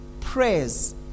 prayers